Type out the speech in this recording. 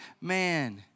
man